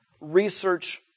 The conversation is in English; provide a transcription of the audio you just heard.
research